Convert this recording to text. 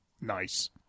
Nice